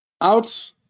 out